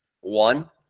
one